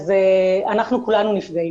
אז אנחנו כולנו נפגעים